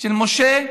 של משה,